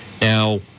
Now